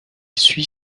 suit